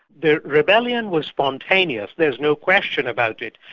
the rebellion was spontaneous, there's no question about it.